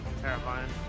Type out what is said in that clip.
Terrifying